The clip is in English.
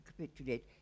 capitulate